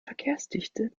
verkehrsdichte